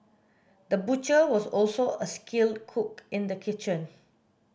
the butcher was also a skilled cook in the kitchen